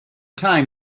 time